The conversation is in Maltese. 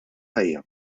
ħajja